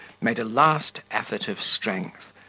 made a last effort of strength,